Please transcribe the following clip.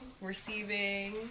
receiving